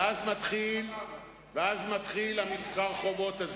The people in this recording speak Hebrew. התוצאה היא פיזור הכנסת והליכה לבחירות,